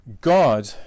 God